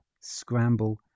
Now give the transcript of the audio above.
scramble